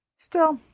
still,